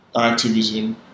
activism